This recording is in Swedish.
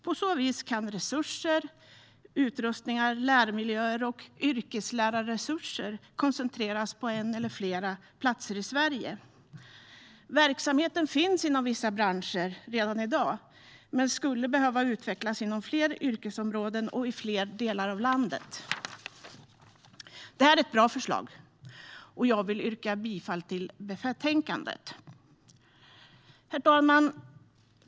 På så vis kan resurser, utrustningar, lärmiljöer och yrkeslärarresurser koncentreras på en eller flera platser i Sverige. Verksamheten finns inom vissa branscher redan i dag men skulle behöva utvecklas inom fler yrkesområden och i fler delar av landet. Det här är ett bra förslag, och jag vill härmed yrka bifall till det. Herr talman!